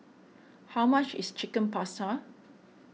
how much is Chicken Pasta